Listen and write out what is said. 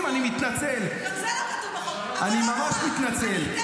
חוק המתנות של עמית הלוי סתם בא לעולם.